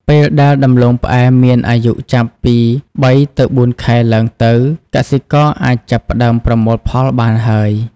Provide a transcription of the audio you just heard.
ពេលដែលដំឡូងផ្អែមមានអាយុចាប់ពី ៣ ទៅ ៤ ខែឡើងទៅ កសិករអាចចាប់ផ្ដើមប្រមូលផលបានហើយ។